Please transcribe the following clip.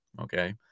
Okay